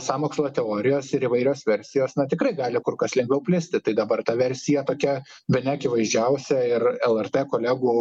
sąmokslo teorijos ir įvairios versijos tikrai gali kur kas lengviau plisti tai dabar ta versija tokia bene akivaizdžiausia ir lrt kolegų